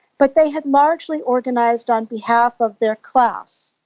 but they had largely organised on behalf of their class,